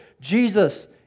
Jesus